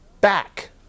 back